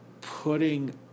putting